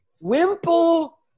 wimple